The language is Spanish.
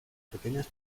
pequeñas